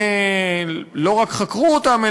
ולא רק חקרו אותם,